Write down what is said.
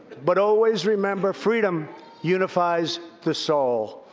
but always remember freedom unifies the soul.